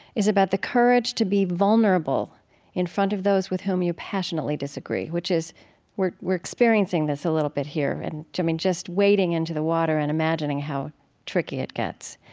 is about the courage to be vulnerable in front of those with whom you passionately disagree. which is we're we're experiencing this a little bit here. and i mean just wading into the water and imagining how tricky it gets.